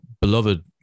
beloved